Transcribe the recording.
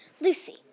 Lucy